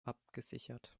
abgesichert